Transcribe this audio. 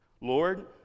Lord